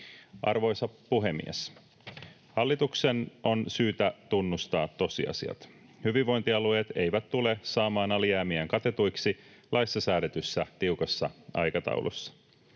Arvoisa puhemies! Hallituksen on syytä tunnustaa tosiasiat. Hyvinvointialueet eivät tule saamaan alijäämiään katetuiksi laissa säädetyssä tiukassa aikataulussa.